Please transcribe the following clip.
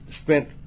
spent